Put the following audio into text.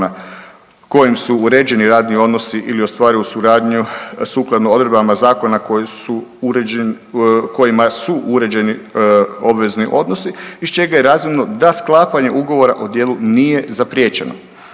kojim su uređeni radni odnosi ili ostvaruju suradnju sukladno odredbama zakona koji su uređeni, kojima su uređeni obvezni odnosi iz čega je razvidno da sklapanje ugovora o djelu nije zapriječeno.